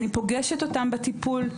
אני פוגשת אותם בטיפול,